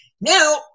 Now –